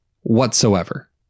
whatsoever